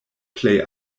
plej